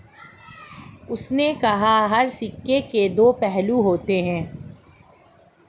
उसने कहा हर सिक्के के दो पहलू होते हैं